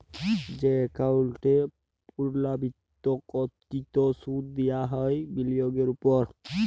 যে একাউল্টে পুর্লাবৃত্ত কৃত সুদ দিয়া হ্যয় বিলিয়গের উপর